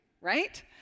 right